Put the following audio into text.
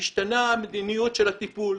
משתנה המדיניות של הטיפול,